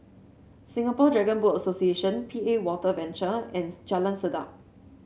Singapore Dragon Boat Association P A Water Venture and Jalan Sedap